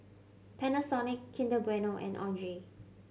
Panasonic Kinder Bueno and Andre